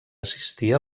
assistir